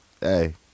Hey